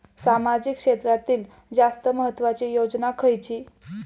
सामाजिक क्षेत्रांतील जास्त महत्त्वाची योजना खयची?